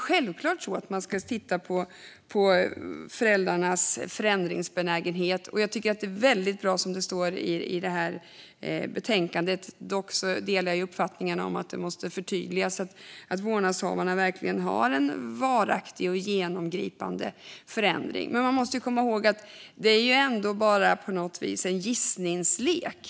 Självklart ska man titta på föräldrarnas förändringsbenägenhet, och jag tycker att det är väldig bra som det står i det här betänkandet. Dock delar jag uppfattningen att det måste förtydligas att vårdnadshavarna verkligen har en varaktig och genomgripande förändring. Man måste också komma ihåg att det ändå på något vis är en gissningslek.